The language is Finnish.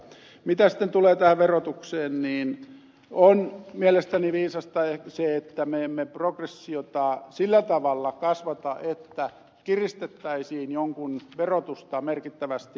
mitä sitten tulee tähän verotukseen niin on mielestäni viisasta se että me emme progressiota sillä tavalla kasvata että kiristettäisiin jonkun verotusta merkittävästi